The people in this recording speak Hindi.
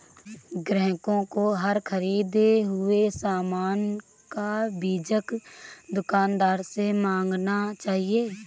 ग्राहकों को हर ख़रीदे हुए सामान का बीजक दुकानदार से मांगना चाहिए